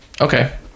Okay